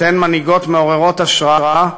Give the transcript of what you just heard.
אתן מנהיגות מעוררות השראה.